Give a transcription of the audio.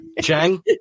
Chang